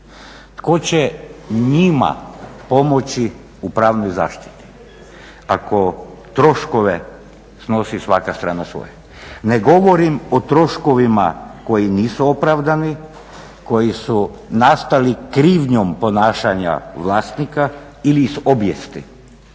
Tko će njima pomoći u pravnoj zaštiti? Ako troškove snosi svaka strana svoje. Ne govorim o troškovima koji nisu opravdani, koji su nastali krivnjom ponašanja vlasnika ili iz obijesti,